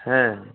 হ্যাঁ